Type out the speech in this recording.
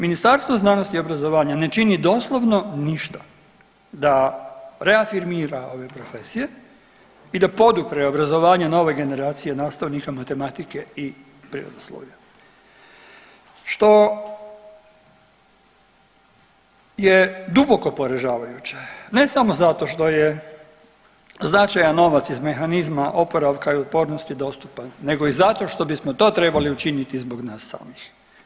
Ministarstvo znanosti i obrazovanja ne čini doslovno ništa da reafirmira ove profesije i da podupre obrazovanje nove generacije nastavnika matematike i prirodoslovlja, što je duboko poražavajuće, ne samo zato što je značajan novac iz Mehanizma oporavka i otpornosti dostupan nego i zato što bismo to trebali učiniti zbog nas samih.